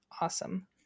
awesome